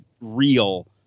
real